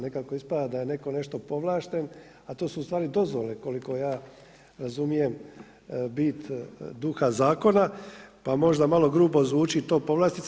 Nekako ispada da je netko nešto povlašten, a to su u stvari dozvole koliko ja razumijem bit duha zakona, pa možda malo grubo zvuči to povlastica.